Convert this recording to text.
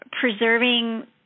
preserving